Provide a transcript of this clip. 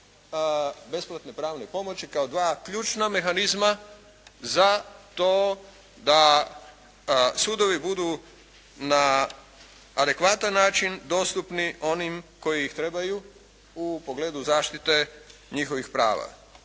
besplatne pravne pomoći kao dva ključna mehanizma za to da sudovi budu na adekvatan način dostupni onima koji ih trebaju u pogledu zaštite njihovih prava.